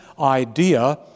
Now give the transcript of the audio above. idea